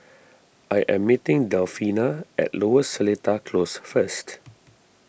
I am meeting Delfina at Lower Seletar Close first